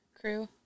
crew